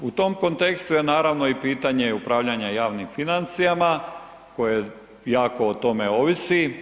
U tom kontekstu je naravno i pitanje upravljanja javnim financijama koje jako o tome ovisi.